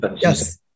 Yes